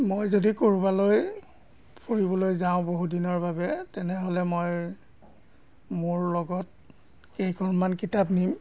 মই যদি ক'ৰবালৈ ফুৰিবলৈ যাওঁ বহুদিনৰ বাবে তেনেহ'লে মই মোৰ লগত কেইখনমান কিতাপ নিম